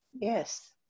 Yes